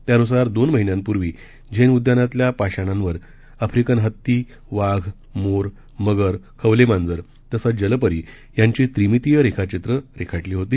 त्यानुसार दोन महिन्यांपूर्वी झेन उदयानातल्या पाषाणांवर आफ्रिकन हत्ती वाघ मोर मगर खवले मांजर तसंच जलपरी यांची त्रिमितीय रेखाचित्र रेखाटली होती